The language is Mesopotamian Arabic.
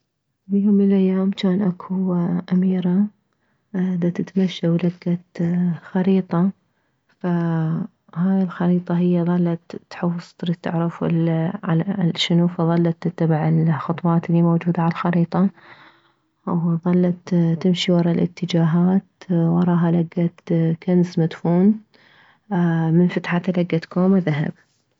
بيوم من الايام جان اكو اميرة دتتمشى ولكت خريطة فهاي الخريطة هي ظلت تحوص تريد تعرف ال الشنو فظلت تتبع الخطوات الي موجودة عالخريطة وظلت تمشي وره الاتجاهات وراها لكت كنز مدفون من فتحته لكت كومه ذهب